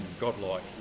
godlike